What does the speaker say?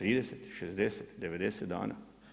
30, 60, 90 dana?